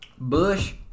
Bush